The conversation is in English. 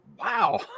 wow